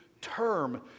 term